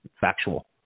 factual